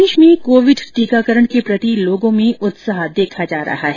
प्रदेश में कोविड टीकाकरण के प्रति लोगों में उत्साह देखा जा रहा है